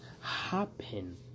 happen